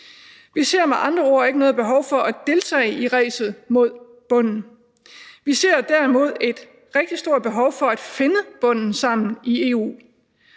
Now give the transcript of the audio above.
Vi ser med andre ord ikke noget behov for at deltage i ræset mod bunden. Vi ser derimod et rigtig stort behov for at finde bunden sammen i EU,